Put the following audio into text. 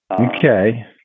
Okay